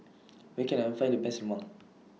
Where Can I Find The Best Mom